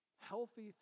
Healthy